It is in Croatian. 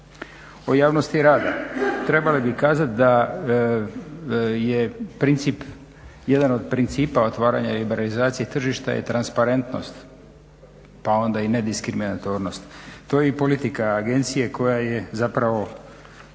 o javnosti rada. Trebali bi kazati da je jedan od principa otvaranja liberalizacije tržišta je transparentnost pa onda i ne diskriminatornost to i politika agencije koja je gotovo